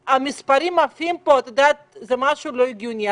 המספרים עפים פה, את יודעת, זה משהו לא הגיוני.